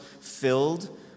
filled